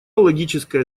логическое